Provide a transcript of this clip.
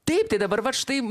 taip tai dabar va štai